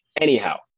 Anyhow